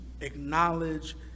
acknowledge